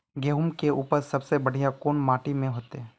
गेहूम के उपज सबसे बढ़िया कौन माटी में होते?